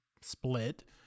split